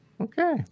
Okay